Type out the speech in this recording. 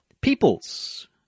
Peoples